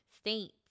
states